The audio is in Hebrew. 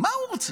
מה הוא רוצה?